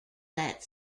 that